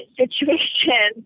situation